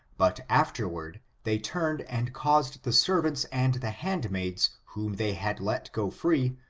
but afterward they turned and caused the servants and the handmaids whom they had let go free,